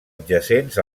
adjacents